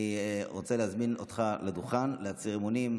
אני רוצה להזמין אתכם לדוכן להצהיר אמונים.